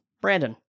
Brandon